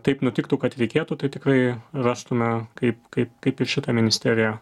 taip nutiktų kad reikėtų tai tikrai rastume kaip kaip kaip ir šitą ministeriją